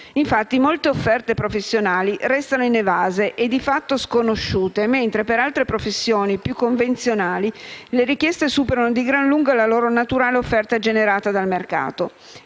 stesso. Molte offerte professionali, infatti, restano inevase e di fatto sconosciute, mentre per altre professioni più convenzionali le richieste superano di gran lunga la loro naturale offerta generata dal mercato.